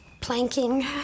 planking